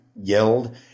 yelled